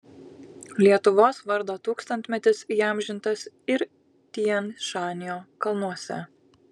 lietuvos vardo tūkstantmetis įamžintas ir tian šanio kalnuose